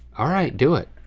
all right, do it.